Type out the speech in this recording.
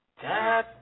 Dad